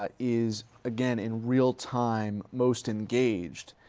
ah is, again, in real-time, most engaged,